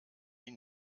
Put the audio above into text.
die